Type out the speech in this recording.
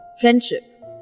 friendship